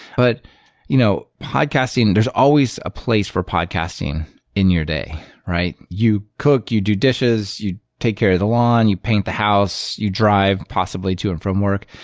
but you know podcasting, there's always a place for podcasting in your day right. you cook, you do dishes, you take care the lawn, you paint the house, you drive possibly to and from work.